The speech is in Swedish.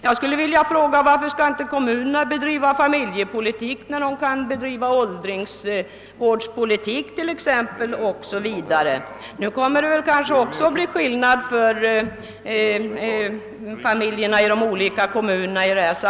Jag skulle vilja fråga: Varför skall inte kommunerna bedriva familjepolitik, när de kan bedriva t.ex. åldringsvårdspolitik o.s. v.? Nu kommer det kanske att uppstå en viss skillnad för familjerna i olika kommuner.